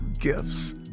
gifts